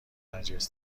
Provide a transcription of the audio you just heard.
نجس